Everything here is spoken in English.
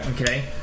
Okay